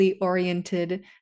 oriented